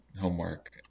Homework